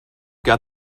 got